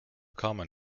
common